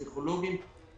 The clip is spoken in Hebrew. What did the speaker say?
פסיכולוגים,